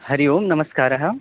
हरिः ओम् नमस्कारः